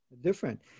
different